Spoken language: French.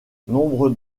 nombre